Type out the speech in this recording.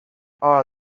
all